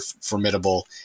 formidable